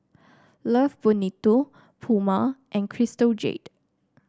Love Bonito Puma and Crystal Jade